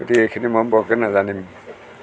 গতিকে এইখিনি মই বৰকৈ নাজানিম